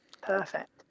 Perfect